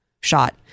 shot